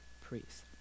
priests